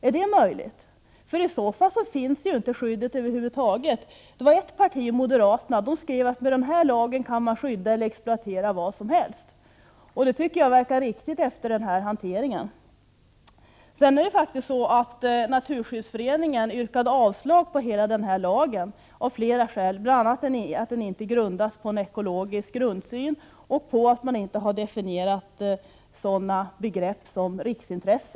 Om det är möjligt finns det ju över huvud taget inget skydd. Moderaterna skrev att man med den här lagen kan skydda eller exploatera vad som helst. Det tycker jag verkar vara riktigt efter den här hanteringen. Naturskyddsföreningen har yrkat avslag på hela den här lagen. Det har den gjort av flera skäl, bl.a. att lagen inte bygger på en ekologisk grundsyn och att man inte har definierat ett sådant begrepp som riksintresse.